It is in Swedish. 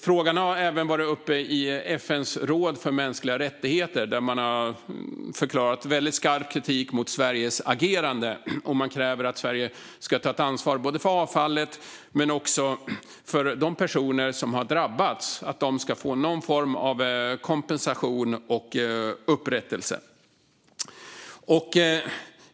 Frågan har även varit uppe i FN:s råd för mänskliga rättigheter, där man riktat väldigt skarp kritik mot Sveriges agerande. Man kräver att Sverige ska ta ansvar både för avfallet och för de personer som drabbats, så att de får någon form av kompensation och upprättelse.